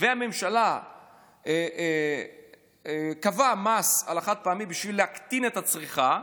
והממשלה קבעו מס על החד-פעמי בשביל להקטין את הצריכה,